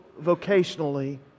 vocationally